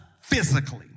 physically